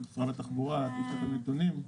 אולי משרד התחבורה יכול לתת נתונים.